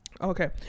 Okay